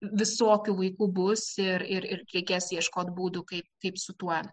visokių vaikų bus ir ir ir reikės ieškot būdų kaip kaip su tuo